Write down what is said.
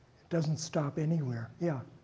it doesn't stop anywhere. yeah?